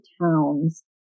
towns